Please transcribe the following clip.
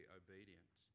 obedient